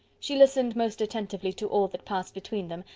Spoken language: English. she listened most attentively to all that passed between them,